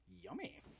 Yummy